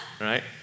Right